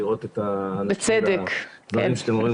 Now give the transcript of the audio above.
לראות את הדברים שאתם אומרים,